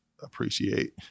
appreciate